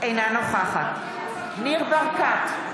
אינה נוכחת ניר ברקת,